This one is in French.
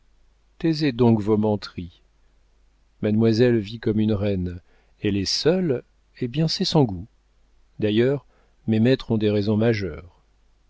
taisez donc vos menteries mademoiselle vit comme une reine elle est seule eh bien c'est son goût d'ailleurs mes maîtres ont des raisons majeures